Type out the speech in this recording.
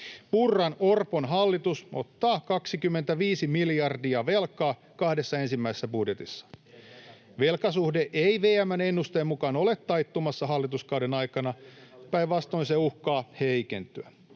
Purran—Orpon hallitus ottaa 25 miljardia velkaa kahdessa ensimmäisessä budjetissaan. [Oikealta: Teidän takia!] Velkasuhde ei VM:n ennusteen mukaan ole taittumassa hallituskauden aikana, [Juho Eerola: Edellisen